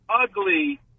ugly